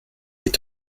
est